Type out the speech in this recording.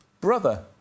brother